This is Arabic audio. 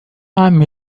عمي